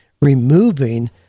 removing